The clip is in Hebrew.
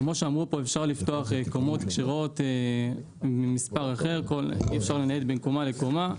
אפשר לפתוח קומות כשרות ממספר אחר ואי-אפשר להתנייד מקומה לקומה,